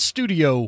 Studio